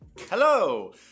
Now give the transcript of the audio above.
Hello